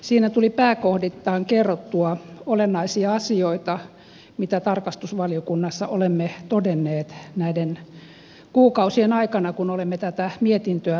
siinä tuli pääkohdittain kerrottua olennaisia asioita mitä tarkastusvaliokunnassa olemme todenneet näiden kuukausien aikana kun olemme tätä mietintöä valmistelleet